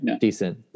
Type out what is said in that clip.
decent